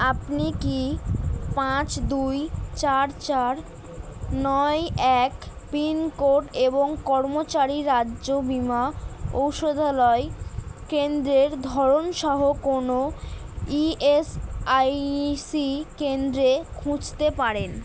আপনি কি পাঁচ দুই চার চার নয় এক পিনকোড এবং কর্মচারী রাজ্য বীমা ঔষধালয় কেন্দ্রের ধরন সহ কোনও ইএসআইসি কেন্দ্রে খুঁজতে পারেন